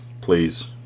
Please